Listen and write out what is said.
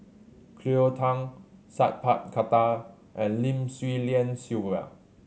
Cleo Thang Sat Pal Khattar and Lim Swee Lian Sylvia